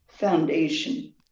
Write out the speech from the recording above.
foundation